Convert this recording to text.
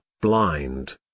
blind